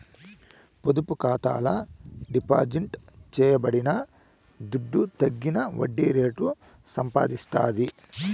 పొదుపు ఖాతాల డిపాజిట్ చేయబడిన దుడ్డు తగిన వడ్డీ రేటు సంపాదిస్తాది